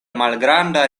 malgranda